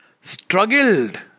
Struggled